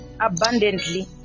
abundantly